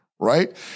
Right